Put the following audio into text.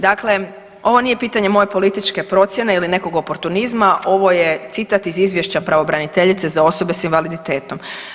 Dakle, ovo nije pitanje moje političke procjene ili nekog oportunizma ovo je citat iz izvješća pravobraniteljice za osobe sa invaliditetom.